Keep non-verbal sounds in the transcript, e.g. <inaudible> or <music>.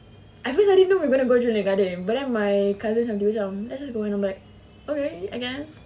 <noise> go jurong lake garden but then my cousin satu macam let's go then I'm like okay I guess